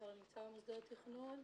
כבר נמצא במוסדות התכנון.